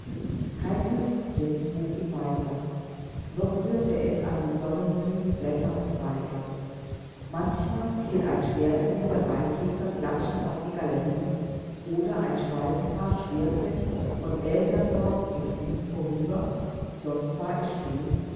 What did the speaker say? kein lüftchen trug ihn weiter noch rührte es an die sonnenmüden blätter und zweige manchmal fiel ein schwerfälliger maikäfer klatschend auf die galerie oder ein schwalbenpaar schwirrte von elternsorgen getrieben vorüber sonst war es still